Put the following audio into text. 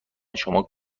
شما